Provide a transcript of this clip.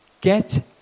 Get